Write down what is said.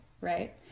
right